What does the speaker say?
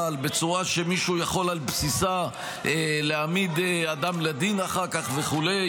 בצורה שעל בסיסה מישהו יכול להעמיד אדם לדין אחר כך וכו'.